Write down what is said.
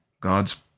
God's